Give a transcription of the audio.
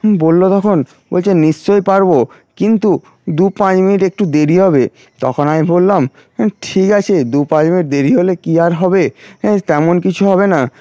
বললো তখন বলছে নিশ্চয়ই পারবো কিন্তু দু পাঁচ মিনিট একটু দেরি হবে তখন আমি বললাম ঠিক আছে দু পাঁচ মিনিট দেরি হলে কি আর হবে তেমন কিছু হবেনা